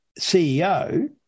CEO